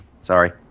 Sorry